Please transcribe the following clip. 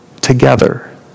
together